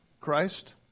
Christ